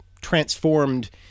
transformed